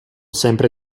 sempre